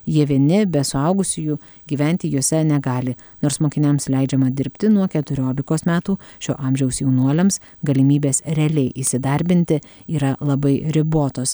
jie vieni be suaugusiųjų gyventi juose negali nors mokiniams leidžiama dirbti nuo keturiolikos metų šio amžiaus jaunuoliams galimybės realiai įsidarbinti yra labai ribotos